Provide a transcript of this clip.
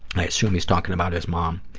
i assuming he's talking about his mom.